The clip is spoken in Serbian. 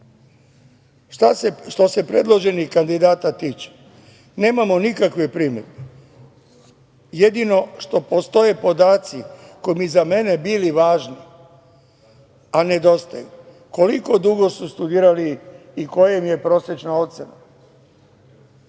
se predloženih kandidata tiče, nemamo nikakve primedbe. Jedino što postoje podaci koji bi za mene bili važni, a nedostaju, je koliko dugo su studirali i koja im je prosečna ocena? Ova